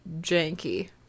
janky